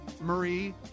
Marie